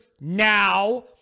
now